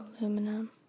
aluminum